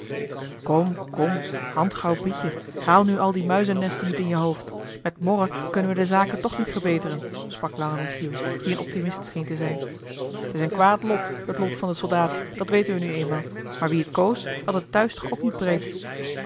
kom kom handgauw pietje haal nu al die muizennesten niet in je hoofd met morren kunnen wij de zaken toch niet gebeteren sprak lange michiel die een optimist scheen te zijn t is een kwaad lot het lot van den soldaat dat weten wij nu eenmaal maar wie t koos had het thuis toch ook niet breed